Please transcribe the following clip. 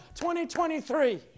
2023